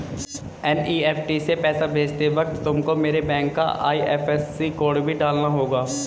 NEFT से पैसा भेजते वक्त तुमको मेरे बैंक का आई.एफ.एस.सी कोड भी डालना होगा